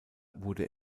wurde